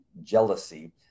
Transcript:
jealousy